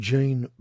Jane